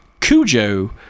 Cujo